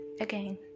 Again